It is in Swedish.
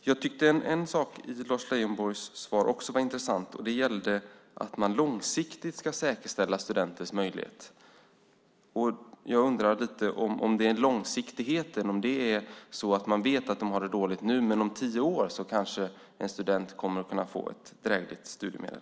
Jag tycker att en sak i Lars Leijonborgs svar var intressant, och det är att man långsiktigt ska säkerställa studenters möjlighet. Jag undrar lite om långsiktigheten innebär att man vet att studenter har det dåligt nu, men om kanske tio år kommer en student att kunna få ett drägligt studiemedel.